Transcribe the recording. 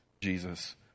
Jesus